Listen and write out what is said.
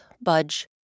budge